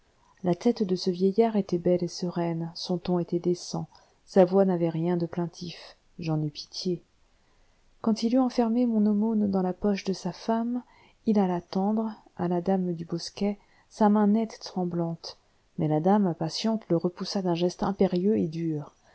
la tête de ce vieillard était belle et sereine son ton était décent sa voix n'avait rien de plaintif j'en eus pitié quand il eut enfermé mon aumône dans la poche de sa femme il alla tendre à la dame du bosquet sa main nette et tremblante mais la dame impatientée le repoussa d'un geste impérieux et dur